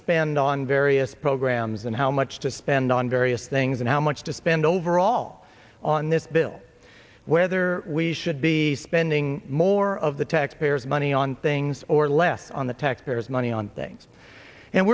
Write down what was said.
spend on various programs and how much to spend on various things and how much to spend overall on this bill whether we should be spending more of the taxpayers money on things or less on the taxpayers money on things and